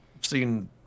seen